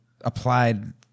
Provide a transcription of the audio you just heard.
applied